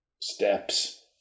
Steps